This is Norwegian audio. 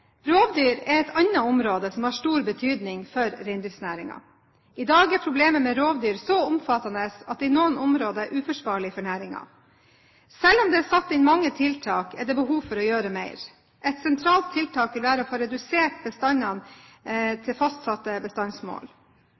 Rovdyr er et annet område som har stor betydning for reindriftsnæringen. I dag er problemet med rovdyr så omfattende at det i noen områder er uforsvarlig for næringen. Selv om det er satt inn mange tiltak, er det behov for å gjøre mer. Et sentralt tiltak vil være å få redusert bestandene til fastsatte bestandsmål.